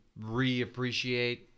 reappreciate